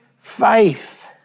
faith